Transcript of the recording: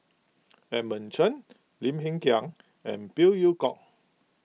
Edmund Cheng Lim Hng Kiang and Phey Yew Kok